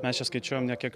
mes čia skaičiuojam ne kiek